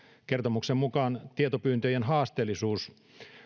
kertomuksen mukaan tietopyyntöjen haasteellisuus